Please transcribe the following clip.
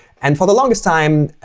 and for the longest time,